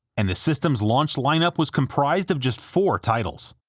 and the system's launch lineup was comprised of just four titles.